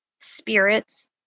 spirits